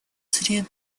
среды